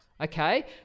Okay